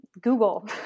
Google